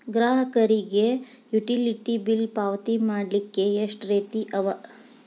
ಗ್ರಾಹಕರಿಗೆ utility bill ಪಾವತಿ ಮಾಡ್ಲಿಕ್ಕೆ ಎಷ್ಟ ರೇತಿ ಅವ?